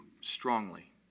strongly